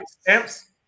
Stamps